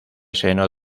seno